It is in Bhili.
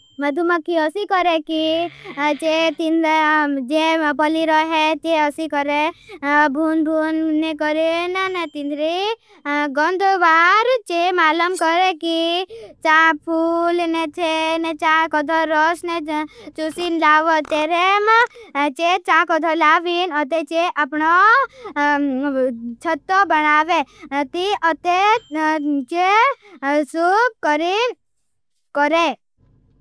मधुमकी ओसी करे की जे पली रहे। ओसी करे भून भून ने करे न ने तिन्दरी गंदवार जे मालम करे। की चाप फूल ने चे ने चाप कदो। रस ने चुशिन लाव तेरेम जे चाप कदो। लाविन अते जे अपनो छत्तो बनावे ती अते जे सूप करे।